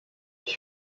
ich